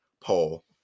poll